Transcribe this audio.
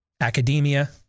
academia